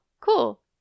cool